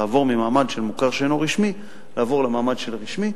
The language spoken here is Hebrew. לעבור ממעמד של מוכר שאינו רשמי למעמד של רשמי.